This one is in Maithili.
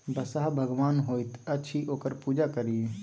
बसहा भगवान होइत अछि ओकर पूजा करी